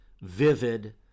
vivid